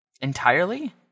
entirely